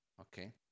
Okay